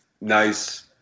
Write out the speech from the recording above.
nice